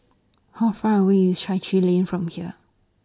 How Far away IS Chai Chee Lane from here